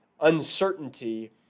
uncertainty